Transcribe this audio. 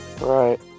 Right